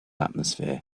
atmosphere